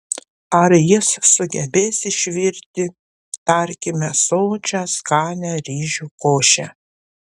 ar jis sugebės išvirti tarkime sočią skanią ryžių košę